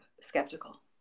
skeptical